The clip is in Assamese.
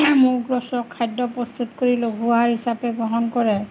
মুখৰোচক খাদ্য প্ৰস্তুত কৰি লঘু আহাৰ হিচাপে গ্ৰহণ কৰে